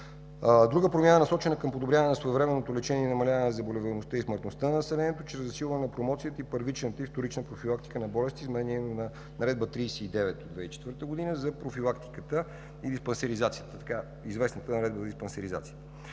Друга промяна, насочена към подобряване на своевременното лечение и намаляването на заболеваемостта и смъртността на населението, чрез засилване на промоцията и първичната, и вторична профилактика на болестите, е изменението и допълнение на Наредба № 39 от 2004 г. за профилактичните прегледи и диспансеризацията,